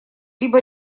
либо